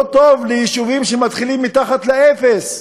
לא טוב ליישובים שמתחילים מתחת לאפס.